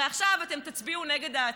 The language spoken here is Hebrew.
הרי עכשיו אתם תצביעו נגד ההצעה,